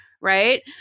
Right